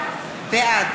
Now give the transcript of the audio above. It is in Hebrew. בעד